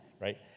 right